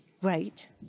great